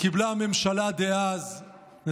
קיבלה הממשלה דאז החלטה,